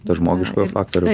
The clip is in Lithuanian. to žmogiškojo faktoriaus